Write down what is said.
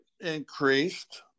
increased